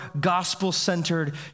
gospel-centered